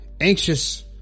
anxious